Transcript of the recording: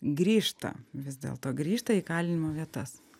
grįžta vis dėlto grįžta į įkalinimo vietas